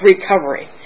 recovery